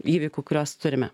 įvykių kuriuos turime